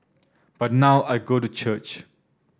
but now I go to church